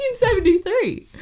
1973